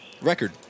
record